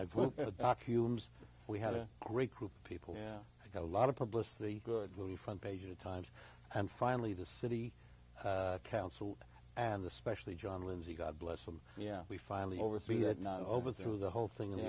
documents we had a great group of people yeah i got a lot of publicity good will be front page of the times and finally the city council and especially john lindsay god bless them yeah we finally over see that not over through the whole thing in the